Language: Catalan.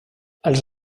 els